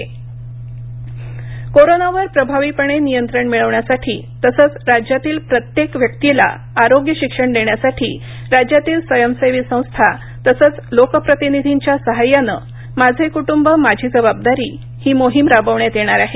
corona नियंत्रण मोहीम कोरोनावर प्रभावीपणे नियंत्रण मिळवण्यासाठी तसंच राज्यातील प्रत्येक व्यक्तीला आरोग्य शिक्षण देण्यासाठी राज्यातील स्वयंसेवी संस्था तसंच लोकप्रतिनिधींच्या साहाय्यानं माझे कुटुंब माझी जबाबदारी ही मोहीम राबवण्यात येणार आहे